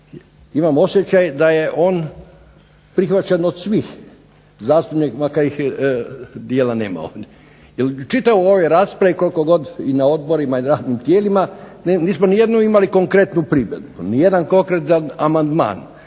imam osjećaj da je on prihvaćen od svih zastupnika makar ih dijela nema ovdje, jer u čitavoj ovoj raspravi koliko god i na odborima i radnim tijelima nismo nijednu imali konkretnu primjedbu, nijedan konkretan amandman.